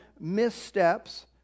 missteps